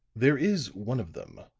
there is one of them,